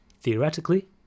theoretically